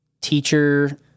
teacher